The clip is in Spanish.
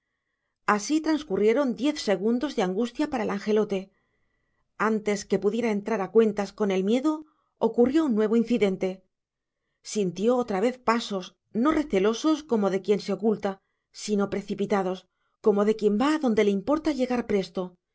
así transcurrieron diez segundos de angustia para el angelote antes que pudiera entrar a cuentas con el miedo ocurrió un nuevo incidente sintió otra vez pasos no recelosos como de quien se oculta sino precipitados como de quien va a donde le importa llegar presto